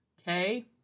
Okay